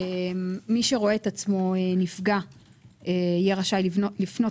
מי שרואה את עצמו נפגע יהיה רשאי לפנות